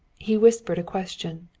he whispered a question.